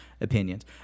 opinions